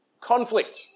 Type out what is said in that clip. conflict